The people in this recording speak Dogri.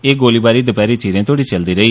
एह् गोलीबारी दपेहरी चिरें तोड़ी चलदी रेई